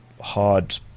hard